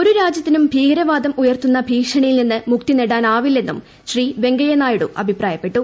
ഒരു രാജ്യത്തിനും ഭീകരവാദം ഉയർത്തുന്ന ഭീഷണിയിൽ നിന്ന് മുക്തി നേടാനാവില്ലെന്നും ശ്രീ വെങ്കയ്യ നായിഡു അഭിപ്രായപ്പെട്ടു